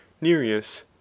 Nereus